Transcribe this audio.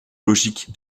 logique